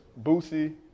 Boosie